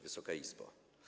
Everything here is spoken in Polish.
Wysoka Izbo!